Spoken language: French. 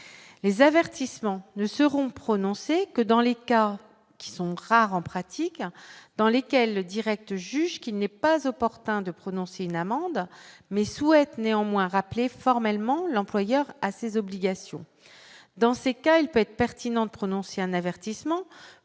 les avertissements ne seront prononcées que dans les cas qui sont rares en pratique dans lesquelles le directe, juge qu'il n'est pas opportun de prononcer une amende mais souhaite néanmoins rappeler formellement l'employeur à ses obligations, dans ces cas, il peut être pertinent prononcer un avertissement